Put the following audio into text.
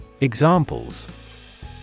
Examples